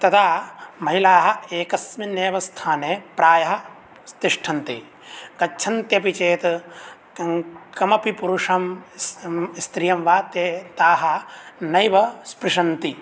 तदा महिलाः एकस्मिन्नेव स्थाने प्रायः तिष्ठन्ति गच्छन्त्यपि चेत् कमपि पुरुषं स् स्त् स्त्रियं वा ते ताः नैव स्पृशन्ति